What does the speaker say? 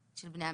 של בני המשפחה.